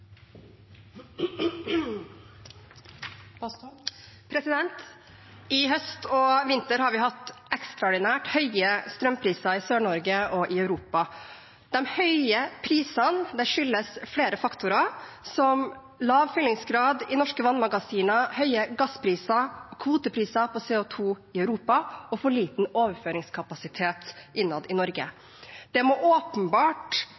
vi hatt ekstraordinært høye strømpriser i Sør-Norge og i Europa. De høye prisene skyldes flere faktorer, som lav fyllingsgrad i norske vannmagasiner, høye gasspriser og kvotepriser på CO 2 i Europa og for liten overføringskapasitet innad i Norge. Det må åpenbart